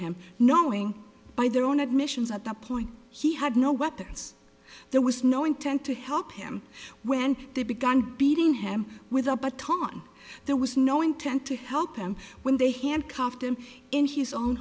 him knowing by their own admissions at that point he had no weapons there was no intent to help him when they began beating him with the baton there was no intent to help him when they handcuffed him in his own